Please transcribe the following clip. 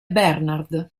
bernard